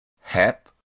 hep